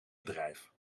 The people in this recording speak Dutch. bedrijf